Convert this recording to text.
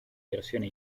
versione